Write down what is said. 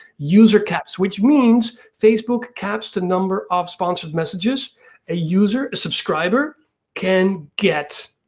user caps. which means facebook caps the number of sponsored messages a user, a subscriber can get.